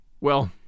Well